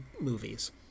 movies